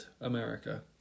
America